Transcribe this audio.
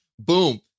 Boom